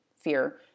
fear